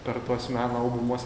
per tuos meno albumus